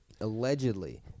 Allegedly